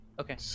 Okay